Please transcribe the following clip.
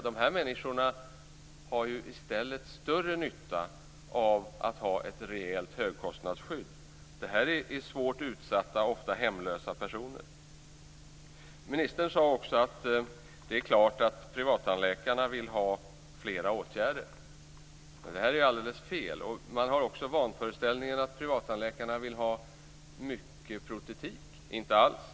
De människorna har i stället större nytta av att ha ett rejält högkostnadsskydd. De är svårt utsatta, ofta hemlösa, personer. Ministern sade också att det är klart att privattandläkarna vill ha flera åtgärder. Det är alldeles fel. Man har också vanföreställningen att privattandläkarna vill ha mycket protetik. Så är det inte alls.